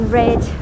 red